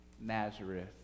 Nazareth